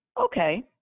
okay